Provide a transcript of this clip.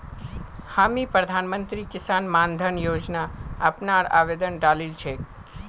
हामी प्रधानमंत्री किसान मान धन योजना अपनार आवेदन डालील छेक